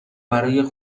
برا